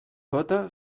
gota